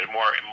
more